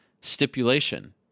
stipulation